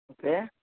okay